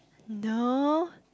no